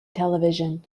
television